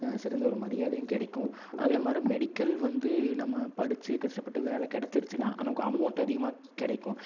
சிறந்த ஒரு மரியாதையும் கிடைக்கும் அதேமாதிரி மெடிக்கல் வந்து நம்ம படித்து கஷ்டப்பட்டு வேலை கிடைச்சிருச்சின்னா அமௌண்ட்டு அதிகமாக கிடைக்கும்